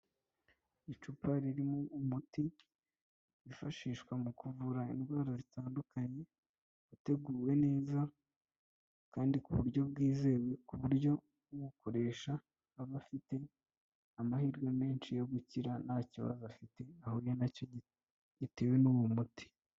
Icupa ririmo umuti wifashishwa mu kuvura indwara zitandukanye, wateguwe neza kandi ku buryo bwizewe kuburyo abawukoresha aba afite amahirwe menshi yo gukira nta kibazo afite ahuye nacyo gitewe n'uwo muti.